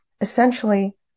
essentially